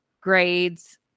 grades